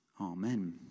Amen